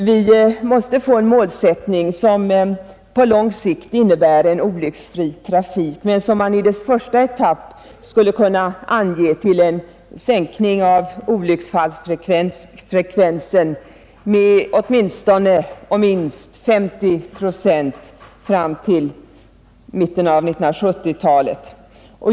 Vi måste få en målsättning som på lång sikt medför en olycksfri trafik men som i första etappen skulle kunna anges till en sänkning av olycksfallsfrekvensen med minst 50 procent fram till mitten av 1970-talet.